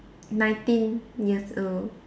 nineteen years old